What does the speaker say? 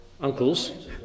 uncles